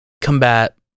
combat